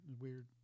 weird